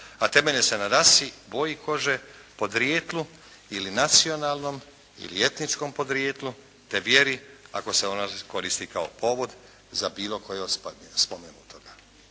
a temelje se na rasi, boji kože, podrijetlu ili nacionalnom ili etničkom podrijetlu te vjeri ako se ona koristi kao povod za bilo koje od spomenutoga.